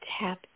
tap